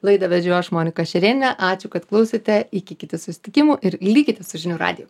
laidą vedžiau aš monika šerėnienė ačiū kad klausėte iki kiti susitikimų ir likite su žinių radiju